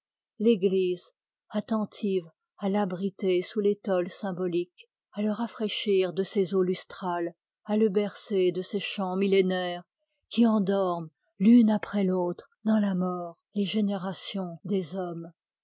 l'église attentive à l'abriter sous l'étole symbolique à le rafraîchir de ses eaux lustrales à le bercer de ses chants millénaires qui endorment l'une après l'autre dans la mort les générations des hommes